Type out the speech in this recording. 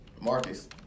Marcus